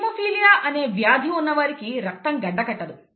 haemophilia అనే వ్యాధి ఉన్నవారికి రక్తం గడ్డకట్టదు